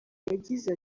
yagize